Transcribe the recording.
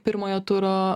pirmojo turo